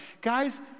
Guys